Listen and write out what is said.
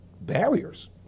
barriers